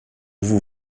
vous